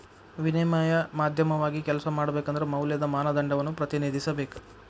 ವಿನಿಮಯ ಮಾಧ್ಯಮವಾಗಿ ಕೆಲ್ಸ ಮಾಡಬೇಕಂದ್ರ ಮೌಲ್ಯದ ಮಾನದಂಡವನ್ನ ಪ್ರತಿನಿಧಿಸಬೇಕ